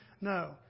No